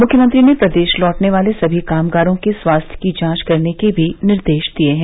मुख्यमंत्री ने प्रदेश लौटने वाले सभी कामगारों के स्वास्थ्य की जांच करने के भी निर्देश दिए हैं